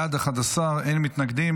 בעד, 11, אין מתנגדים.